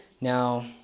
Now